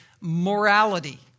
morality